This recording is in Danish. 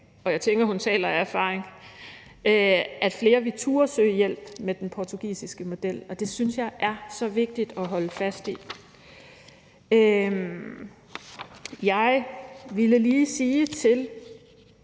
og jeg tænker, at hun taler af erfaring – at flere ville turde søge hjælp med den portugisiske model, og det synes jeg er så vigtigt at holde fast i. Jeg vil lige sige til